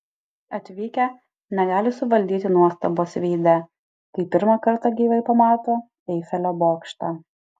atvykę negali suvaldyti nuostabos veide kai pirmą kartą gyvai pamato eifelio bokštą